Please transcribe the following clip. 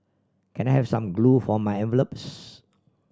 can I have some glue for my envelopes